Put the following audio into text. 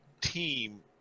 team